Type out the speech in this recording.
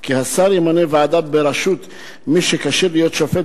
כי השר ימנה ועדה בראשות מי שכשיר להיות שופט